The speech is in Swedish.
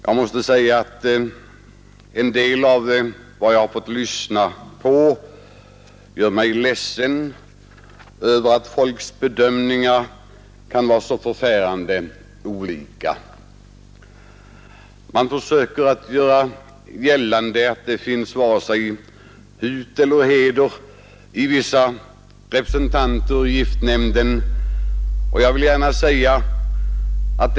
Jag måste säga att en del av vad jag har fått lyssna på gör mig ledsen över att folks bedömningar kan vara så förfärande olika. Man försöker göra gällande att det finns varken hut eller heder hos vissa representanter i giftnämnden.